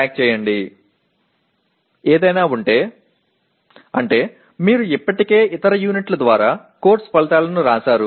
அதாவது நீங்கள் ஏற்கனவே பிற அலகுகள் மூலம் பாடநெறி விளைவுகளை முன்பே எழுதியுள்ளீர்கள்